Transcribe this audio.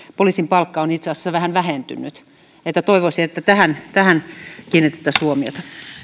poliisin palkka on itse asiassa vähän vähentynyt toivoisin että tähän tähän kiinnitettäisiin huomiota